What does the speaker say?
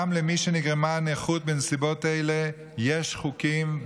גם למי שנגרמה נכות בנסיבות אלה יש חוקים,